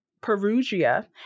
Perugia